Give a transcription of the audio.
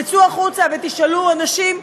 תצאו החוצה ותשאלו אנשים,